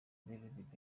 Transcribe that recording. david